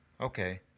Okay